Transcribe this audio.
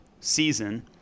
season